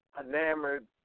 enamored